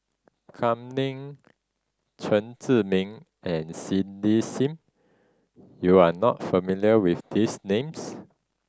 Kam Ning Chen Zhiming and Cindy Sim you are not familiar with these names